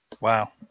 Wow